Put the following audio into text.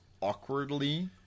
awkwardly